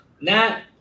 Nat